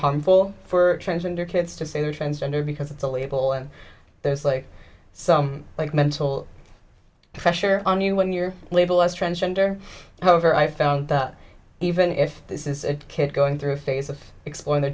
harmful for transgender kids to say transgender because it's a label and there's like some like mental pressure on you when you're labeled as transgender however i found that even if this is a kid going through a phase of exploring their